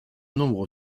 nombre